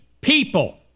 people